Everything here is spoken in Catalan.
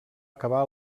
acabar